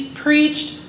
preached